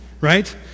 right